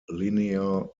linear